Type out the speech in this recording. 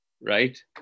right